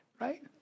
right